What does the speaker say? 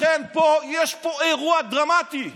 לכן יש פה אירוע דרמטי.